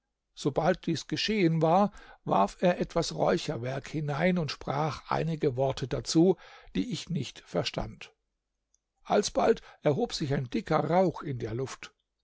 sobald dies geschehen war warf er etwas räucherwerk hinein und sprach einige worte dazu die ich nicht verstand alsbald erhob sich ein dicker rauch in der luft